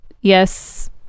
yes